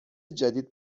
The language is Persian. جدید